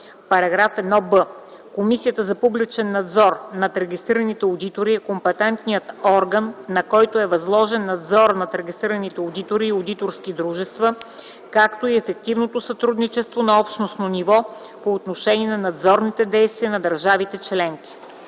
§ 1б: „§ 1б. Комисията за публичен надзор над регистрираните одитори е компетентният орган, на който е възложен надзора над регистрираните одитори и одиторски дружества, както и ефективното сътрудничество на общностно ниво, по отношение на надзорните действия на държавите-членки.”